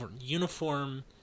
uniform